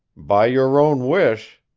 by your own wish!